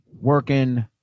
working